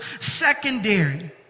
secondary